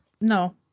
no